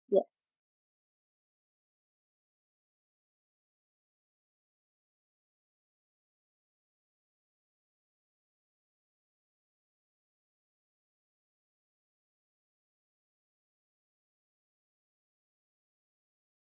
yes